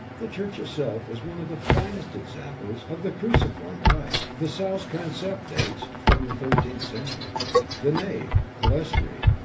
the church itself is one of the finest examples of the cruciform type. the south transept dates from the thirteenth century the nave, clerestory,